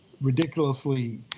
ridiculously